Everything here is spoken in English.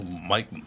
Mike